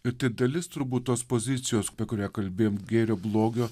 ir tai dalis turbūt tos pozicijos kurią kalbėjom gėrio blogio